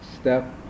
step